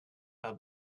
are